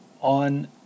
on